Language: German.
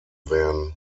werden